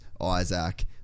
isaac